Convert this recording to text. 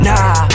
Nah